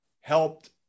helped